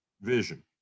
vision